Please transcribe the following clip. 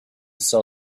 sell